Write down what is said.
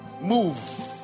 Move